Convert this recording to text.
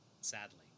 sadly